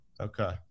Okay